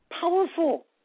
Powerful